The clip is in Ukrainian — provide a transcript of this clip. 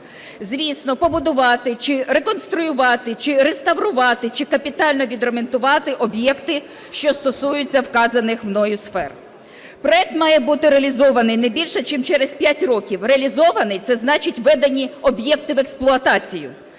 звісно, побудувати чи реконструювати чи реставрувати, чи капітально відремонтувати об'єкти, що стосуються вказаних мною сфер. Проект має бути реалізований не більше чим через 5 років. Реалізований – це значить введені об'єкти в експлуатацію.